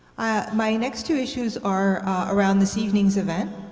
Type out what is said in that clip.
my next two issues are around this evening's event.